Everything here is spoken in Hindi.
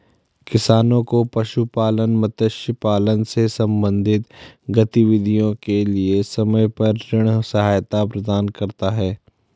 किसानों को पशुपालन, मत्स्य पालन से संबंधित गतिविधियों के लिए समय पर ऋण सहायता प्रदान करता है